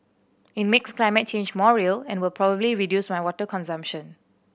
it makes climate change more real and will probably reduce my water consumption